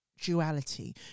duality